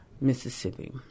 Mississippi